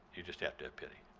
you just have to have pity.